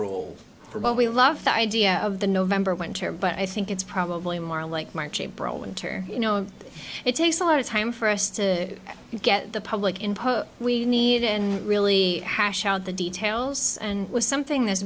rules for what we love the idea of the november winter but i think it's probably more like march april winter you know it takes a lot of time for us to get the public in poke we need and really hash out the details and was something th